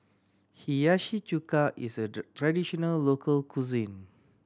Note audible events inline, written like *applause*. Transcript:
Hiyashi Chuka is a *unintelligible* traditional local cuisine